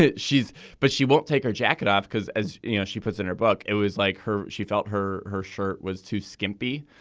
she's but she won't take her jacket off because as you know she puts in her book. it was like her. she felt her her shirt was too skimpy.